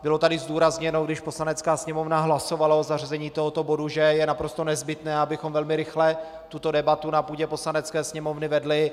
Bylo tady zdůrazněno, když Poslanecká sněmovna hlasovala o zařazení tohoto bodu, že je naprosto nezbytné, abychom velmi rychle tuto debatu na půdě Poslanecké sněmovny vedli.